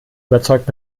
überzeugt